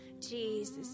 Jesus